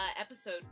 episode